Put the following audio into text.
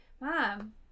mom